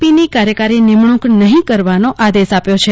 પી ની કાર્યકારી નિમણુક નહિ કરવાનો આદેશ આપ્યો છે